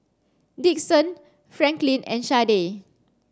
Dixon Franklin and Sharday